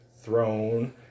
throne